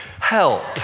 help